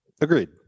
Agreed